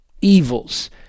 evils